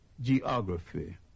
geography